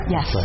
Yes